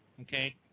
Okay